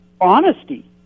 honesty